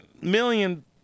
million